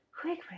Quick